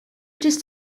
just